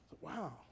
Wow